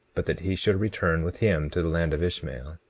but that he should return with him to the land of ishmael.